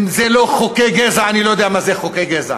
אם זה לא חוקי גזע, אני לא יודע מה זה חוקי גזע.